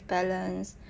balance